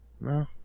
No